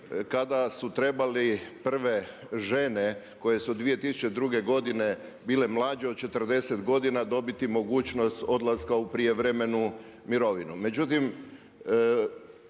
kada su trebali prve žene koje su 2002. godine bile mlađe od 40 godina dobiti mogućnost odlaska u prijevremenu mirovinu.